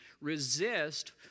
resist